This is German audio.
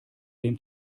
dem